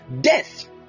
death